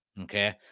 Okay